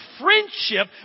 friendship